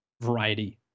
Variety